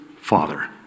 father